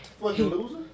loser